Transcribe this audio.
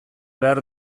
behar